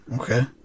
okay